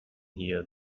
here